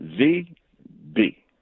Z-B